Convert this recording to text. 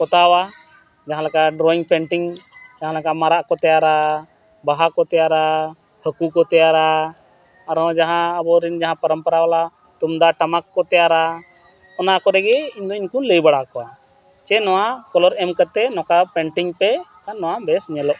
ᱯᱚᱛᱟᱣᱟ ᱡᱟᱦᱟᱸ ᱞᱮᱠᱟ ᱰᱨᱚᱭᱤᱝ ᱯᱮᱱᱴᱤᱝ ᱡᱟᱦᱟᱸ ᱞᱮᱠᱟ ᱢᱟᱨᱟᱜ ᱠᱚ ᱛᱮᱭᱟᱨᱟ ᱵᱟᱦᱟ ᱠᱚ ᱛᱮᱭᱟᱨᱟ ᱦᱟᱹᱠᱩ ᱠᱚ ᱛᱮᱭᱟᱨᱟ ᱟᱨᱦᱚᱸ ᱡᱟᱦᱟᱸ ᱟᱵᱚᱨᱮᱱ ᱡᱟᱦᱟᱸ ᱯᱚᱨᱚᱢ ᱯᱚᱨᱟᱣᱞᱟ ᱛᱩᱢᱫᱟᱜ ᱴᱟᱢᱟᱠ ᱠᱚ ᱛᱮᱭᱟᱨᱟ ᱚᱱᱟ ᱠᱚᱨᱮ ᱜᱮ ᱤᱧ ᱫᱚ ᱩᱱᱠᱩᱧ ᱞᱟᱹᱭ ᱵᱟᱲᱟ ᱟᱠᱚᱣᱟ ᱪᱮᱫ ᱱᱚᱣᱟ ᱠᱟᱞᱟᱨ ᱮᱢ ᱠᱟᱛᱮᱫ ᱱᱚᱝᱠᱟ ᱯᱮᱱᱴᱤᱝ ᱯᱮ ᱱᱚᱣᱟ ᱵᱮᱥ ᱧᱮᱞᱚᱜᱼᱟ